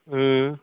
हँ